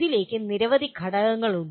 ഇതിലേക്ക് നിരവധി ഘടകങ്ങളുണ്ട്